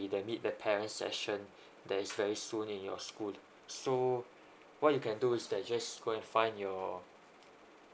the meet the parent session there is very soon in your school so what you can do is they just go and find your